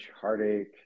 heartache